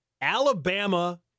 Alabama